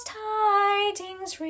tidings